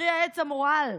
פרי העץ המורעל?